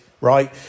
right